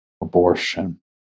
abortion